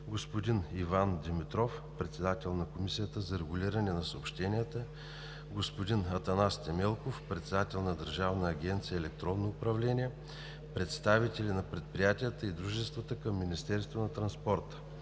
господин Иван Димитров – председател на Комисията за регулиране на съобщенията, господин Атанас Темелков – председател на Държавна агенция „Електронно управление“, представители на предприятията и дружествата към Министерството на транспорта,